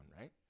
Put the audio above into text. right